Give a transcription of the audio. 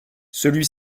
celui